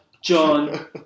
John